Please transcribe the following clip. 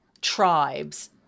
tribes